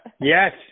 Yes